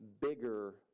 bigger